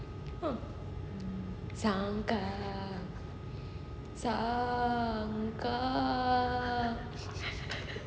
uh sangkar sangkar